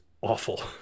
awful